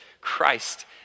christ